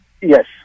Yes